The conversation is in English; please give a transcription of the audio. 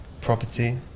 property